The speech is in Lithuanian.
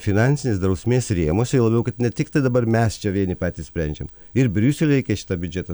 finansinės drausmės rėmuose juo labiau kad ne tik tai dabar mes čia vieni patys sprendžiam ir briuseliui reikia šitą biudžetą